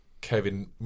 Kevin